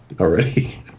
already